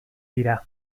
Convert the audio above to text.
dira